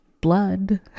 blood